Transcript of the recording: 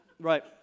right